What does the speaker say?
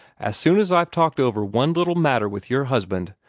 as soon as i've talked over one little matter with your husband.